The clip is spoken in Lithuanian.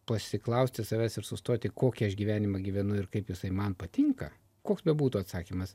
pasiklausti savęs ir sustoti kokį aš gyvenimą gyvenu ir kaip jisai man patinka koks bebūtų atsakymas